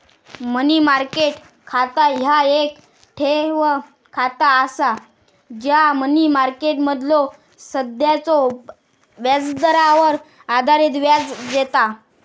मनी market खाता ह्या येक ठेव खाता असा जा मनी मार्केटमधलो सध्याच्यो व्याजदरावर आधारित व्याज देता